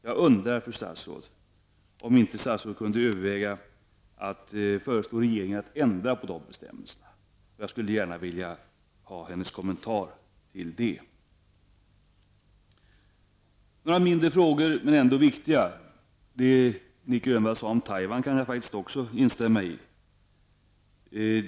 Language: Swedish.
Jag undrar om inte statsrådet kunde överväga att föreslå regeringen att ändra på de bestämmelserna, och jag skulle gärna vilja ha hennes kommentar till det. Det som Nic Grönvall sade om Taiwan kan jag också instämma i.